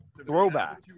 throwback